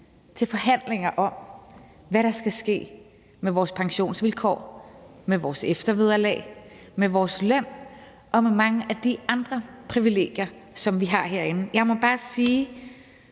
til forhandlinger om, hvad der skal ske med vores pensionsvilkår, med vores eftervederlag, med vores løn og med de mange andre privilegier, vi har herinde. Jeg må bare sige